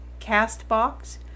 CastBox